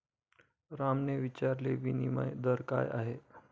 रामने विचारले, विनिमय दर काय आहे?